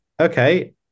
Okay